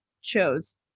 chose